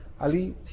Ali